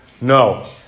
No